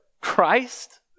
Christ